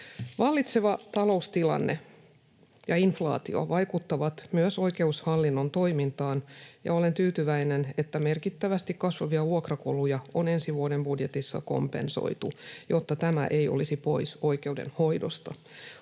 Vallitseva taloustilanne ja inflaatio vaikuttavat myös oikeushallinnon toimintaan, ja olen tyytyväinen, että merkittävästi kasvavia vuokrakuluja on ensi vuoden budjetissa kompensoitu, jotta tämä ei olisi pois oikeudenhoidosta.